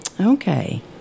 Okay